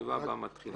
הישיבה הבאה מתחילה.